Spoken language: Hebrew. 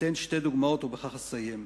אתן שתי דוגמאות, ובכך אסיים.